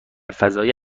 فضای